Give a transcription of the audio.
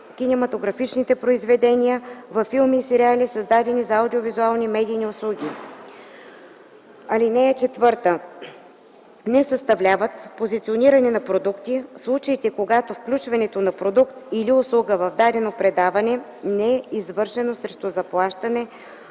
кинематографични произведения, във филми и сериали, създадени за аудиовизуални медийни услуги. (4) Не съставляват позициониране на продукти случаите, когато включването на продукт или услуга в дадено предаване не е извършено срещу заплащане,